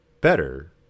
Better